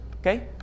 okay